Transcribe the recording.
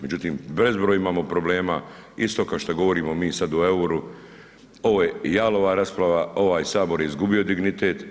Međutim, bezbroj imamo problema, isto kao što govorimo mi sad o euru, ovo je jalova rasprava, ovaj Sabor je izgubio dignitet.